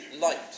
light